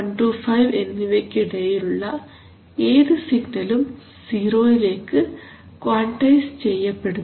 125 എന്നിവയ്ക്ക് ഇടയിലുള്ള ഏതു സിഗ്നലും 0 യിലേക്ക് ക്വാൺടൈസ് ചെയ്യപ്പെടുന്നു